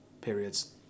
periods